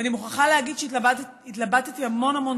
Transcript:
ואני מוכרחה להגיד שהתלבטתי המון המון